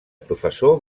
professor